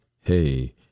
hey